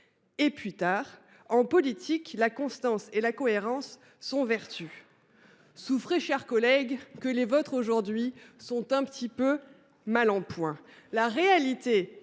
:« En politique, la constance et la cohérence sont vertus. » Avouez, cher collègue, que les vôtres aujourd’hui sont un peu mal en point.